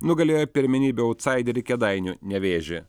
nugalėjo pirmenybių autsaiderį kėdainių nevėžį